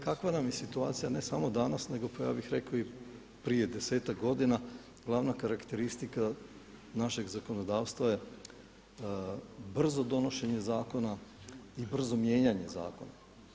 Kakva nam je situacija ne samo danas nego pa ja bih rekao i prije desetak godina, glavna karakteristika našeg zakonodavstva je brzo donošenje zakona i brzo mijenjanje zakona.